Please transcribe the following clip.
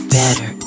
better